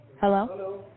Hello